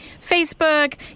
Facebook